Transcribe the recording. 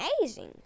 amazing